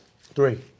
Three